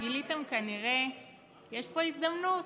גיליתם כנראה שיש פה הזדמנות.